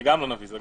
אני גם לא נביא.